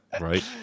right